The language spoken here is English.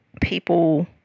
people